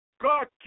God